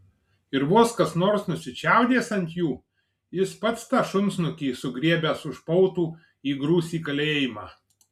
ir vos kas nors nusičiaudės ant jų jis pats tą šunsnukį sugriebęs už pautų įgrūs į kalėjimą